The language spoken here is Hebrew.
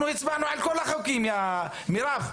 אנחנו הצבענו על כל החוקים, מירב.